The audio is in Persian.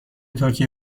ترکیه